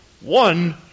One